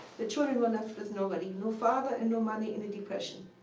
the children were left with nobody no father and no money in a depression.